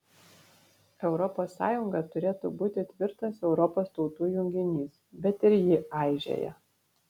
europos sąjunga turėtų būti tvirtas europos tautų junginys bet ir ji aižėja